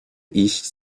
iść